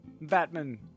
Batman